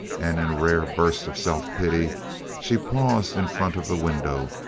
and in a rare burst of self-pity, she paused in front of the window,